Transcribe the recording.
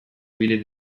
ibili